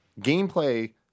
gameplay